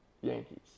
Yankees